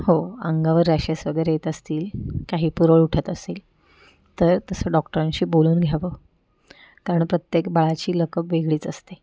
हो अंगावर रॅशेस वगैरे येत असतील काही पुरळ उठत असेल तर तसं डॉक्टरांशी बोलून घ्यावं कारण प्रत्येक बाळाची लकब वेगळीच असते